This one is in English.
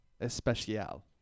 Especial